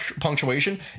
punctuation